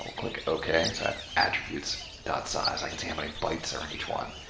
ah click ok. so, i have attributes size, i can see how many bytes are in each one.